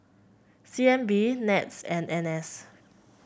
C N B NETS and N S